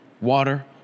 water